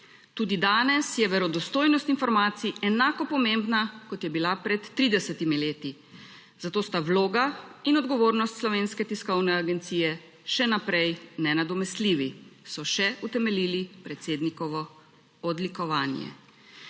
tudi danes je verodostojnost informacij enako pomembna kot je bila pred 30-mi leti, zato sta vloga in odgovornost Slovenske tiskovne agencije še naprej nenadomestljivi, so še utemeljili predsednikovo odlikovanje.